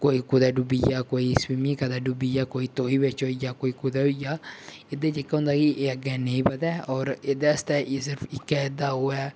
कोई कुदै डुब्बी गेआ कोई स्वीमिंग करदे डुब्बी गेआ कोई तौही बिच्च होई गेआ कोई कुदै होई गेआ एह्दे जेह्का होंदा कि एह् अग्गें नेई बधै होर एह्दे आस्तै एह् सिर्फ इक्कै एह्दा ओह् ऐ